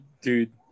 Dude